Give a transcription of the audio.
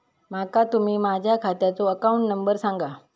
माका तुम्ही माझ्या खात्याचो अकाउंट नंबर सांगा?